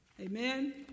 Amen